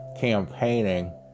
campaigning